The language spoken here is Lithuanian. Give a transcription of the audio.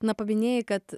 na paminėjai kad